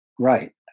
right